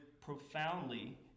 profoundly